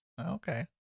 okay